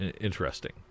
interesting